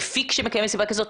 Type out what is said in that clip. מפיק שמקיים מסיבה כזאת,